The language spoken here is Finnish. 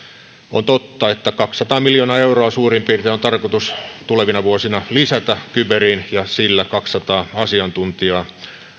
on totta että kaksisataa miljoonaa euroa suurin piirtein on tarkoitus tulevina vuosina lisätä kyberiin ja sillä kaksisataa asiantuntijaa